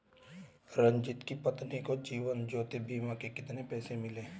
रंजित की पत्नी को जीवन ज्योति बीमा के कितने पैसे मिले?